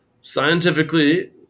scientifically